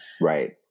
right